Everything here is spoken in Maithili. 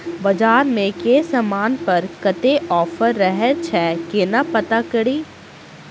बजार मे केँ समान पर कत्ते ऑफर रहय छै केना पत्ता कड़ी?